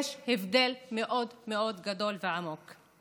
יש הבדל מאוד מאוד גדול ועמוק.